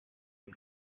him